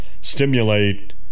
stimulate